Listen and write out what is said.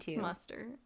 muster